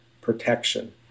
protection